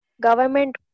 government